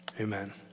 Amen